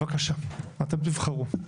בבקשה, אתם תבחרו.